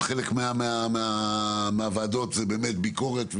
חלק מהוועדות זה ביקורת,